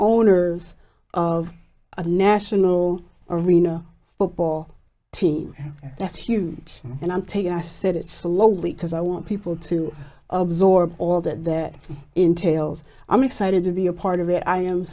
owners of a national arena football team that's huge and i'm taking i said it slowly because i want people to absorb all that that entails i'm excited to be a part of i